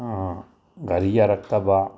ꯒꯥꯔꯤ ꯌꯥꯔꯛꯇꯕ